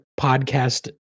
podcast